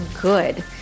good